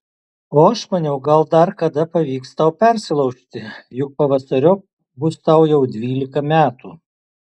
o aš maniau gal dar kada pavyks tau persilaužti juk pavasariop bus tau jau dvylika metų